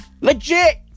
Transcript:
Legit